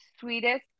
sweetest